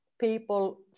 people